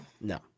No